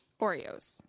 Oreos